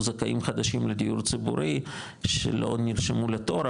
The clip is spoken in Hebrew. זכאים חדשים לדיור ציבורי שלא נרשמו לתור,